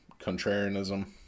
contrarianism